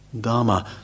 Dharma